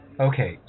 Okay